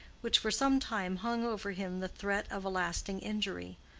which for some time hung over him the threat of a lasting injury.